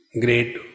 great